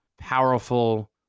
powerful